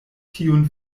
tiun